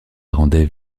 rendait